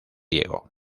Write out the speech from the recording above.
diego